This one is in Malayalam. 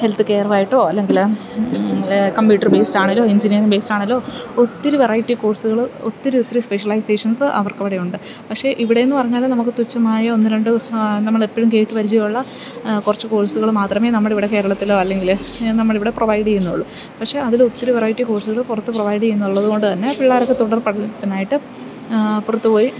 ഹെൽത്ത് കെയറായിട്ടോ അല്ലെങ്കില് കമ്പ്യൂട്ടർ ബേയ്സ്ഡാണേലോ എഞ്ചിനീയറിങ് ബേയ്സ്ഡാണേലോ ഒത്തിരി വെറൈറ്റി കോഴ്സുകള് ഒത്തിരി ഒത്തിരി സ്പെഷ്യലൈസേഷൻസ് അവർക്കവിടെ ഉണ്ട് പക്ഷേ ഇവിടെ എന്നു പറഞ്ഞാല് നമുക്ക് തുച്ഛമായ ഒന്നുരണ്ട് നമ്മള് എപ്പോഴും കേട്ടുപരിചയമുള്ള കുറച്ച് കോഴ്സുകള് മാത്രമേ നമ്മള് ഇവിടെ കേരളത്തിലോ അല്ലെങ്കില് നമ്മളിവിടെ പ്രൊവൈഡിയ്യുന്നുള്ളൂ പക്ഷേ അതിലൊത്തിരി വെറൈറ്റി കോഴ്സുകള് പുറത്ത് പ്രൊവൈഡിയ്യുന്നുള്ളതുകൊണ്ടുതന്നെ പിള്ളേർക്കു തുടർപഠനത്തിനായിട്ട് പുറത്തു പോയി